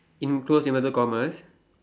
in close inverted commas